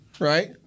right